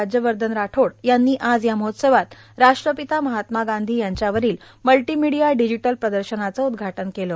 राज्यवर्धन राठोड यांनी आज या महोत्सवात राष्ट्रपिता महात्मा गांधी यांच्यावरील मल्टीमिडिया डिजीटल प्रदर्शनाचं उद्घाटन केलं